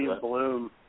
Bloom